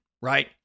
right